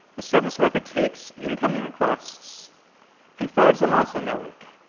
the service worker takes incoming requests and forwards them on to the network.